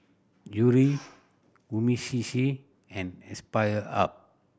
Yuri Umisushi and Aspire Hub